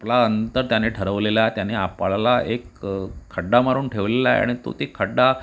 आपला अंत त्याने ठरवलेला त्याने आपला एक खड्डा मारून ठेवलेला आहे आणि तो ते खड्डा